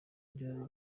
byari